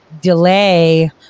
delay